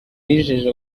bijeje